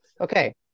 okay